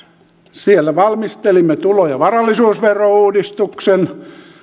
valmistelimme tulo ja varallisuusverouudistuksen